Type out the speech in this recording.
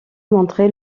montrer